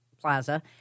plaza